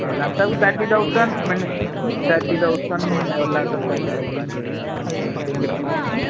ஒரு laptop thirty thousand thirty thousand ஒரு laptop thirty thousand something இருக்கும்